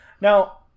Now